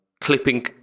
Clipping